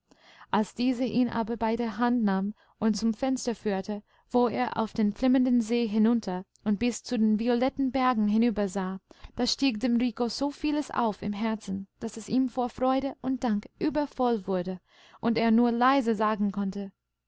als diese ihn aber bei der hand nahm und zum fenster führte wo er auf den flimmernden see hinunter und bis zu den violetten bergen hinübersah da stieg dem rico so vieles auf im herzen daß es ihm vor freude und dank übervoll wurde und er nur leise sagen konnte